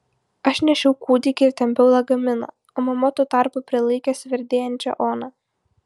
aš nešiau kūdikį ir tempiau lagaminą o mama tuo tarpu prilaikė sverdėjančią oną